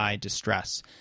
distress